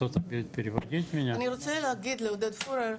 אני רוצה להגיד לעודד פורר,